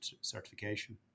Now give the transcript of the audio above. certification